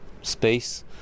space